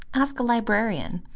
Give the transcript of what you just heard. ask a librarian!